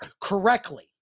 correctly